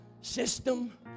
System